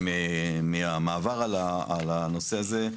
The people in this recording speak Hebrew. והמינהלת היא זאת שקובעת איך ייראה הדוח הזה.